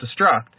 destruct